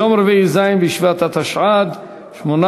יום רביעי, ז' בשבט התשע"ד,